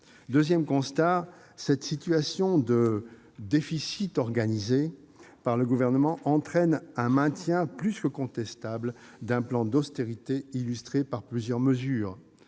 Deuxième constat : cette situation de « déficit organisé » par le Gouvernement entraîne le maintien plus que contestable d'un plan d'austérité ... Très juste ! Vous